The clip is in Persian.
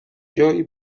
جایی